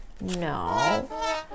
No